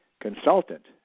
consultant